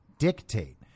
dictate